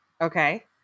Okay